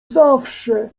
zawsze